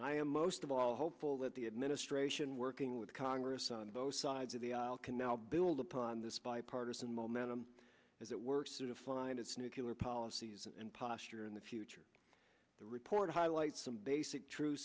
and i am most of all hopeful that the administration working with congress on both sides of the aisle can now build upon this bipartisan momentum as it works to to find its nuclear policies and posture in the future the report highlights some basic tru